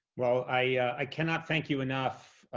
well, i cannot thank you enough